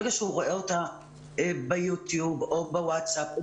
ברגע שהוא רואה אותה ביו טיוב או בווטסאפ או